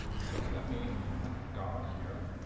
so let me implement a guard here